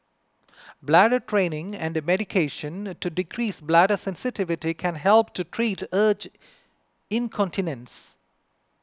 bladder training and medication to decrease bladder sensitivity can help to treat urge incontinence